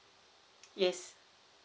yes